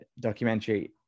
documentary